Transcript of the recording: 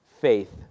faith